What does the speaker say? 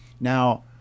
now